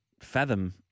fathom